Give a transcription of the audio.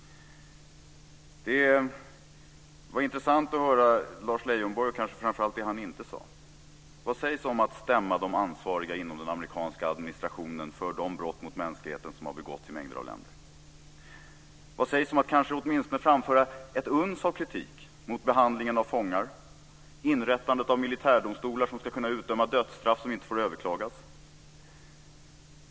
Det var intressant att höra det som Lars Leijonborg sade, och kanske framför allt det som han inte sade. Vad sägs om att stämma de ansvariga inom den amerikanska administrationen för de brott mot mänskligheten som har begåtts i mängder av länder? Vad sägs om att kanske åtminstone framföra ett uns av kritik mot behandlingen av fångar och mot inrättandet av militärdomstolar som ska kunna utdöma dödsstraff som inte får överklagas?